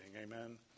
Amen